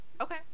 Okay